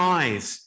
eyes